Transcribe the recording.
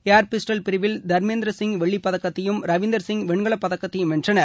ஏர் pistol பிரிவில் தர்மேந்திர சிங் வெள்ளிப் பதக்கத்தையும் ரவீந்தர் சிங் வெண்கலப் பதக்கத்தையும் வென்றனர்